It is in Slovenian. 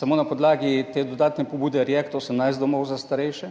samo na podlagi te dodatne pobude React 18 domov za starejše.